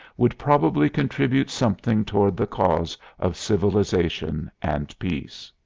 would probably contribute something toward the cause of civilization and peace.